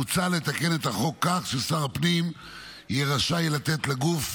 מוצע לתקן את החוק כך ששר הפנים יהיה רשאי לתת לגוף